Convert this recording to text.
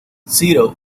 zero